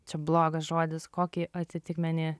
čia blogas žodis kokį atitikmenį